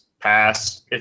Pass